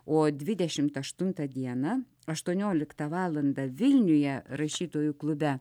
o dvidešimt aštuntą dieną aštuonioliktą valandą vilniuje rašytojų klube